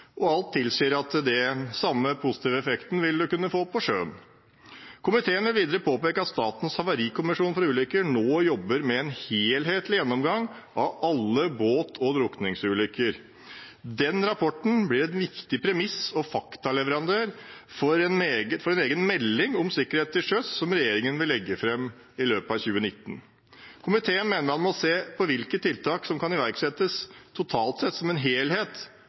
og alt tilsier at en vil kunne få den samme positive effekten på sjøen. Komiteen vil videre påpeke at Statens havarikommisjon for transport nå jobber med en helhetlig gjennomgang av alle båt- og drukningsulykker. Deres rapport blir en viktig premiss- og faktaleverandør for en egen melding om sikkerhet til sjøs, som regjeringen vil legge fram i løpet av 2019. Komiteen mener man må se på hvilke tiltak som kan iverksettes totalt sett, som en helhet,